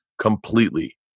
completely